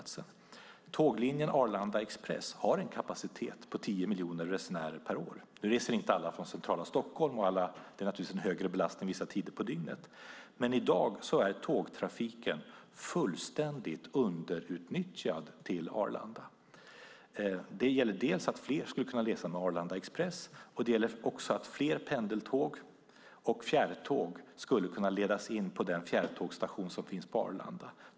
Tåglinjen Arlanda Express har en kapacitet på 10 miljoner resenärer per år. Nu reser inte alla från centrala Stockholm och det är naturligtvis en högre belastning vissa tider på dygnet, men i dag är tågtrafiken till Arlanda fullständigt underutnyttjad. Det gäller dels att fler skulle kunna resa med Arlanda Express, dels att fler pendeltåg och fjärrtåg skulle kunna ledas in på den fjärrtågstation som finns på Arlanda.